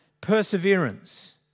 perseverance